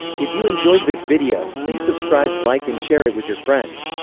if you enjoyed this video, please subscribe, like and share it with your friends.